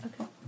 Okay